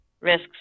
risks